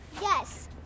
Yes